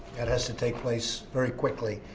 that has to take place very quickly.